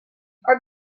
our